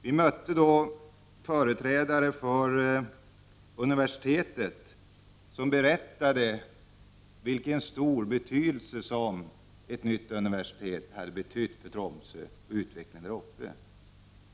Vi mötte företrädare för universitetet som berättade vilken stor betydelse ett nytt universitet hade haft för Tromsö och utvecklingen där uppe.